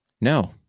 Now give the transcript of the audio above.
no